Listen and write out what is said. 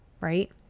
right